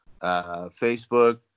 Facebook